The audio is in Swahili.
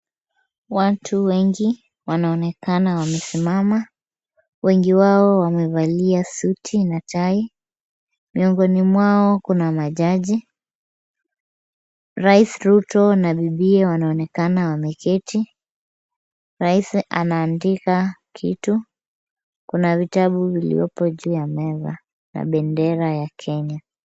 Watu wengi wanaonekana wamesimama wengi wao wamevalia suti na tai. Miongoni mwao kuna majaji. Rais Ruto na bibiye wanaonekana wameketi. Rais anaandika kitu. Kuna vitabu viliyoko juu ya meza na bendera ya Kenya.